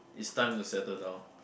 it's time to settle down